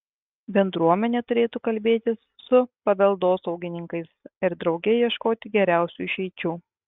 bendruomenė turėtų kalbėtis su paveldosaugininkais ir drauge ieškoti geriausių išeičių